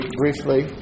briefly